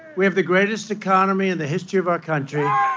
we have the greatest economy in the history of our country yeah